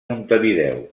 montevideo